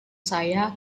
saya